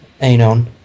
Anon